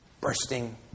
bursting